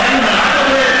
היה נומרטור?